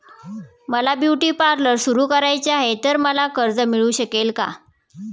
मला beauty parlour सुरू करायचे आहे तर मला कर्ज मिळू शकेल का?